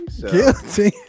Guilty